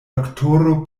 doktoro